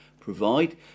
provide